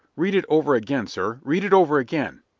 read it over again, sir read it over again!